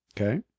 Okay